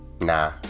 nah